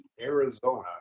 Arizona